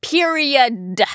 Period